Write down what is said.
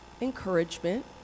encouragement